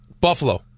Buffalo